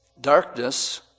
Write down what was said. darkness